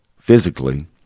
physically